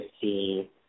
see